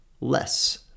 less